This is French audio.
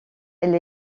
elle